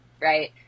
right